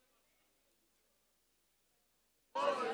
אין מתנגדים, אין